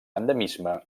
endemisme